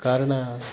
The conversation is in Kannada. ಕಾರಣ